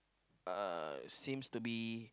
uh seems to be